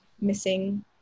missing